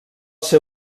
ser